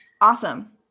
Awesome